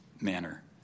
manner